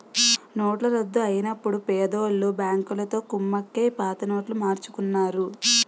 నోట్ల రద్దు అయినప్పుడు పెద్దోళ్ళు బ్యాంకులతో కుమ్మక్కై పాత నోట్లు మార్చుకున్నారు